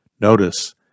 Notice